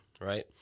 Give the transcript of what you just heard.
right